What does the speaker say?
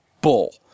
bull